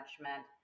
management